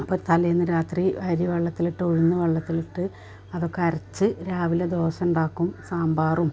അപ്പം തലേന്നു രാത്രി അരി വെള്ളത്തിലിട്ട് ഉഴുന്നു വെള്ളത്തിലിട്ട് അതൊക്കരച്ചു രാവിലെ ദോശയുണ്ടാക്കും സാമ്പാറും